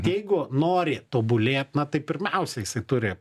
jeigu nori tobulėt na tai pirmiausia jisai turi